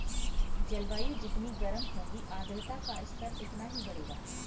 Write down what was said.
जलवायु जितनी गर्म होगी आर्द्रता का स्तर उतना ही बढ़ेगा